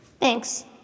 Thanks